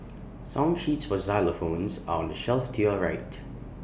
song sheets for xylophones are on the shelf to your right